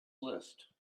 list